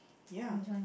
ya